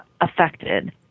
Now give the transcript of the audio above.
affected